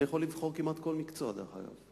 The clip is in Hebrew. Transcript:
אני יכול לבחור כמעט כל מקצוע, דרך אגב.